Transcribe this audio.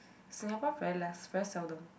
Singapore very less very seldom